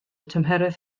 tymheredd